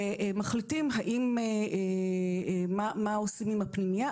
ומחליטים מה עושים עם הפנימייה.